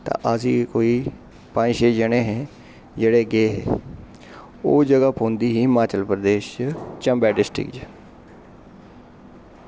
ते अस ही कोई पंज छे जने हे जेह्ड़े गे हे ओह् जगह पौंदी ही हिमाचल प्रदेश च चम्बै डिस्ट्रिक्ट च